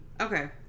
Okay